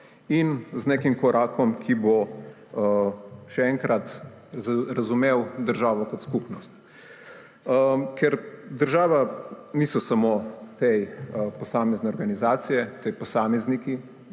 in z nekim korakom, ki bo, še enkrat, razumel državo kot skupnost. Ker država niso samo te posamezne organizacije, ti posamezniki,